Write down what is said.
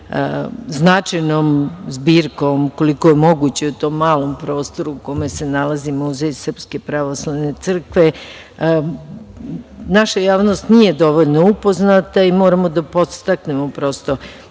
značajnom zbirkom, koliko je moguće u tom malom prostoru u kome se nalazi Muzej Srpske pravoslavne crkve. Naša javnost nije dovoljno upoznata i moramo da podstaknemo prosto